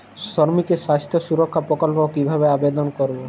শ্রমিকের স্বাস্থ্য সুরক্ষা প্রকল্প কিভাবে আবেদন করবো?